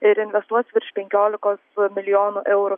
ir investuos virš penkiolikos milijonų eurų